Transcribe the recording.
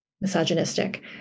misogynistic